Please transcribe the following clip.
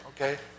okay